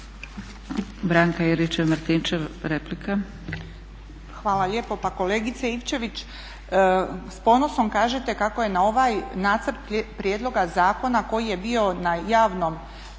**Juričev-Martinčev, Branka (HDZ)** Hvala lijepo. Pa kolegice Ivčević, s ponosom kažete kako je na ovaj nacrt prijedloga zakona koji je bio javno